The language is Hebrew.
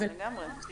לגמרי.